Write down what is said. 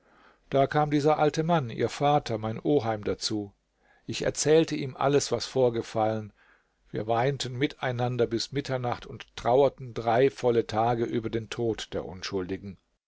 da kam dieser alte mann ihr vater mein oheim dazu ich erzählte ihm alles was vorgefallen wir weinten miteinander bis mitternacht und trauerten drei volle tage über den tod der unschuldigen